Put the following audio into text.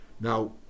Now